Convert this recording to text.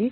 కాబట్టి